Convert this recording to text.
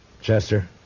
Chester